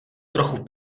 trochu